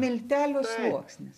miltelių sluoksnis